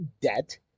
debt